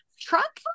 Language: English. truck